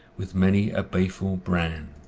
with many a baleful brand.